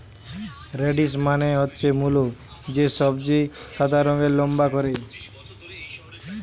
radish মানে হচ্ছে মুলো, যে সবজি সাদা রঙের লম্বা করে